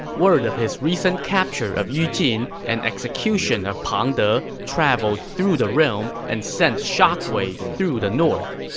word of his recent capture of yu jin and execution of pang de traveled through the realm and sent shockwaves through the north.